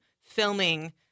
filming